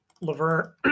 Laverne